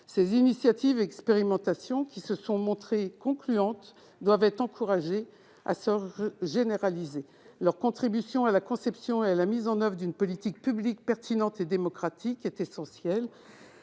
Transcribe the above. Ces initiatives et expérimentations, qui se sont montrées concluantes, doivent être encouragées pour être généralisées. Leur contribution à la conception et à la mise en oeuvre d'une politique publique pertinente et démocratique est essentielle.